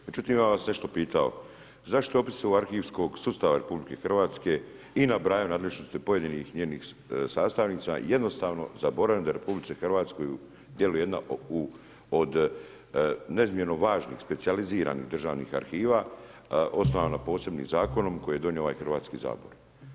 Međutim ja bih vas nešto pitao, zašto je u opisu arhivskog sustava RH i nabrajanja nadležnost i pojedinih njenih sastavnica jednostavno zaboravljeno da u RH djeluje jedna od neizmjerno važnih specijaliziranih državnih arhiva osnovana posebnim zakonom koji je donio ovaj Hrvatski sabor.